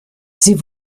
sie